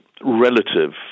relative